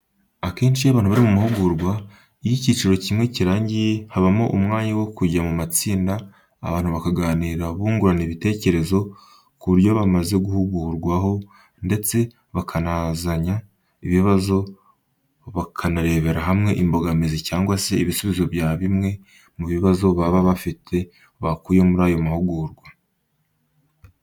Akenshi iyo abantu bari mu mahugurwa, iyo icyiciro kimwe kirangiye habaho umwanya wo kujya mu matsinda abantu bakaganira bungurana ibitekerezo ku byo bamaze guhugurwaho ndetse bakanabazanya ibibazo, bakanarebera hamwe imbogamizi cyangwa se ibisubizo bya bimwe mu bibazo baba bafite bakuye muri ayo mahugurwa.